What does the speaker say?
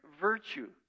virtue